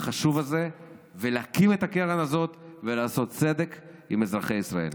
החשוב הזה ולהקים את הקרן הזאת ולעשות צדק עם אזרחי ישראל.